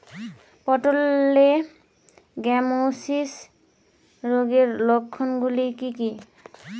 পটলের গ্যামোসিস রোগের লক্ষণগুলি কী কী?